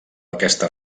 aquesta